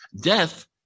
death